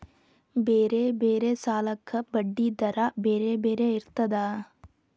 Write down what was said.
ಬೇರೆ ಬೇರೆ ಸಾಲಕ್ಕ ಬಡ್ಡಿ ದರಾ ಬೇರೆ ಬೇರೆ ಇರ್ತದಾ?